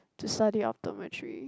to study optometry